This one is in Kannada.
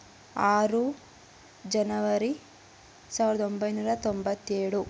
ಆರು ಜನವರಿ ಸಾವಿರದ ಒಂಬೈನೂರ ತೊಂಬತ್ತೇಳು